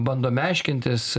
bandome aiškintis